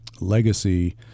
legacy